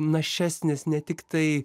našesnis ne tiktai